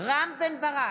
רם בן ברק,